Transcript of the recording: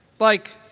like,